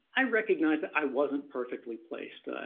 i recognize that i wasn't perfectly placed,